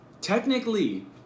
Technically